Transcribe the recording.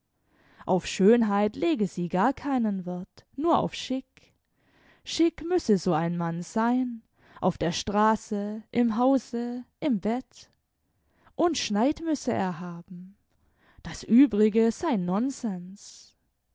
auf schönheit lege sie gar keinen wert nur auf schick schick müsse so ein mann sein auf der straße im hause im bett und schneid müsse er haben das übrige sei nonsens